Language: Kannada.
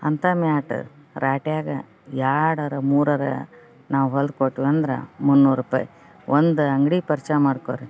ಅಂತ ಮ್ಯಾಟ್ ರಾಟ್ಯಾಗ ಎರಡರ ಮೂರರ ನಾವು ಹೊಲ್ದು ಕೊಟ್ವಿ ಅಂದ್ರ ಮುನ್ನೂರು ರೂಪಾಯಿ ಒಂದು ಅಂಗಡಿ ಪರಿಚಯ ಮಾಡ್ಕೊರಿ